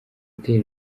hoteli